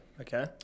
Okay